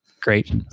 great